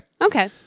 Okay